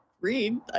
read